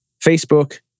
Facebook